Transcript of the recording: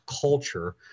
culture